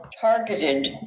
targeted